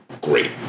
great